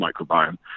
microbiome